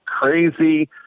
crazy